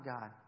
God